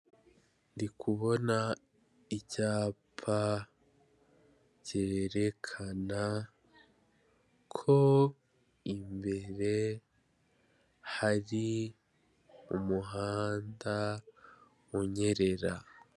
Ndi kubona icyapa kerekana ko imbere hari umuhanda unyerera.